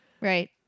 Right